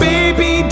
Baby